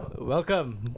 Welcome